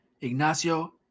Ignacio